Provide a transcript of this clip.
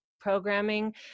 programming